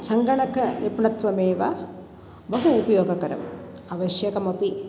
सङ्गणक उपलब्धमेव बहु उपयोगकरम् आवश्यकमपि